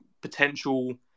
potential